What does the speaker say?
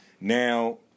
now